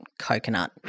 coconut